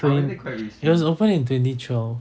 and it was opened in twenty twelve